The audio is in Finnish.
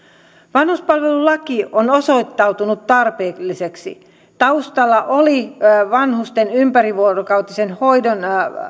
vanhuspalvelulaki on osoittautunut tarpeelliseksi taustalla oli vanhusten ympärivuorokautisen hoidon